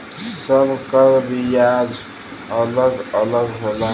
सब कर बियाज अलग अलग होला